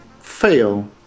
fail